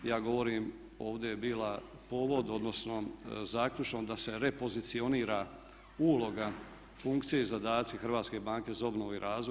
Ja govorim, ovdje je bila povod odnosno zaključno da se repozicionira uloga, funkcije i zadatci Hrvatske banke za obnovu i razvoj.